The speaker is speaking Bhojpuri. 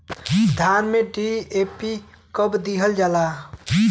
धान में डी.ए.पी कब दिहल जाला?